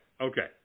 okay